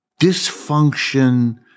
dysfunction